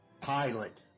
pilot